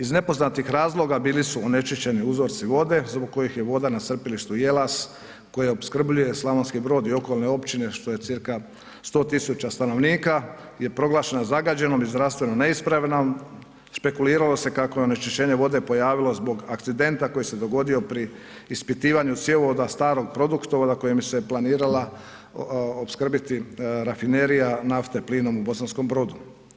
Iz nepoznatih razloga bili su onečišćeni uzorci vode zbog kojih je voda na crpilištu Jelas koja opskrbljuje Slavonski Brod i okolne općine što je cca 100 000 stanovnika je proglašena zagađeno i zdravstveno neispravnom, špekuliralo se kako se onečišćenje vode pojavilo zbog akcidenta koji se dogodio pri ispitivanju cjevovoda starog produktovoda kojim se planirala rafinerija nafte plinom u Bosankom Brodu.